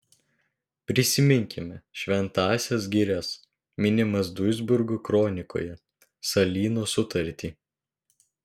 prisiminkime šventąsias girias minimas duisburgo kronikoje salyno sutartį